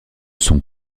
sont